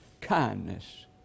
kindness